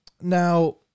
Now